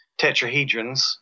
tetrahedrons